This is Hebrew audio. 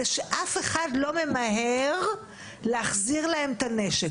זה שאף אחד לא ממהר להחזיר להם את הנשק.